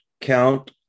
count